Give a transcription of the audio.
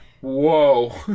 Whoa